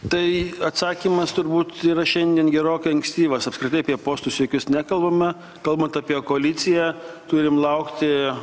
tai atsakymas turbūt yra šiandien gerokai ankstyvas apskritai apie postus jokius nekalbame kalbant apie koaliciją turim laukti